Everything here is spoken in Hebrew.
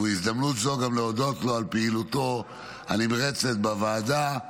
ובהזדמנות זו גם להודות לו על פעילותו הנמרצת בוועדה.